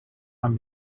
and